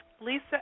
Lisa